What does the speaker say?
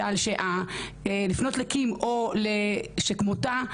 לפנות לקים או לשכמותה,